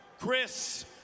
Chris